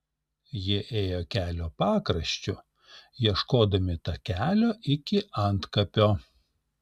jie ėjo kelio pakraščiu ieškodami takelio iki antkapio